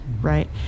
right